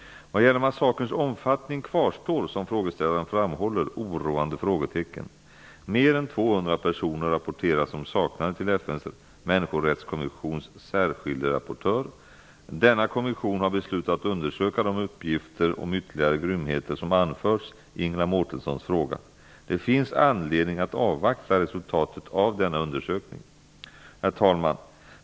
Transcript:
Vad gäller massakerns omfattning kvarstår, som frågeställaren framhåller, oroande frågetecken. Mer än 200 personer rapporteras som saknade till FN:s människorättskommissions särskilde rapportör. Denna kommission har beslutat att undersöka de uppgifter om ytterligare grymheter som har anförts i Ingela Mårtenssons fråga. Det finns anledning att avvakta resultatet av denna undersökning. Herr talman!